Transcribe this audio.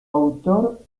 autor